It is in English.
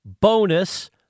bonus